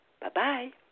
Bye-bye